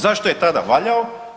Zašto je tada valjao?